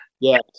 Yes